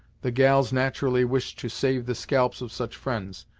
the gals nat'rally wish to save the scalps of such fri'nds,